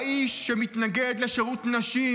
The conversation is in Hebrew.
האיש שמתנגד לשירות נשים,